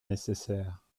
nécessaire